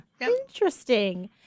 Interesting